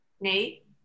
Nate